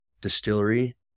distillery